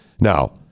Now